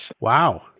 Wow